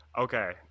Okay